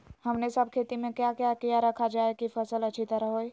हमने सब खेती में क्या क्या किया रखा जाए की फसल अच्छी तरह होई?